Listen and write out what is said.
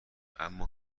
اما